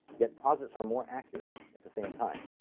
yet posits are more accurate, at the same time.